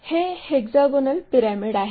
हे hexagonal pyramid आहे